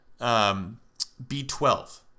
B12